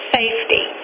safety